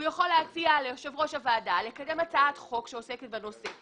יכול להציע ליושב-ראש הוועדה לקדם הצעת חוק שעוסקת בנושא,